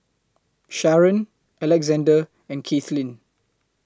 Sharen Alexander and Kathleen